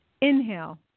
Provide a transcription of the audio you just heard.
Inhale